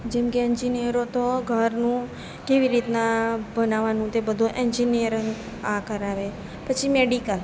જેમકે એન્જીનીયરો તો ઘરનું કેવી રીતના બનવાનું એ બધું એન્જીનીયરો આ કરાવે પછી મેડિકલ